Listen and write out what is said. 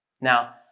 Now